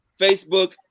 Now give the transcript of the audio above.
Facebook